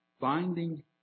Binding